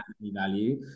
value